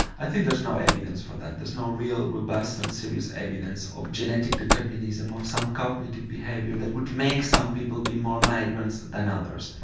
i think there's no evidence for that, there's no real and robust and serious evidence of genetic determinism of some cognitive behaviour that would make some people be more migrants than others.